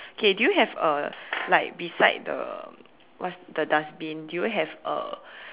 okay do you have a like beside the what's the dustbin do you have a